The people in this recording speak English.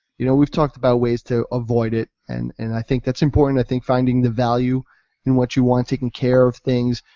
you know we've talked about ways to avoid it and and i think that's important. i think finding the value in what you want, taking care of things,